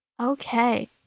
Okay